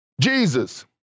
Jesus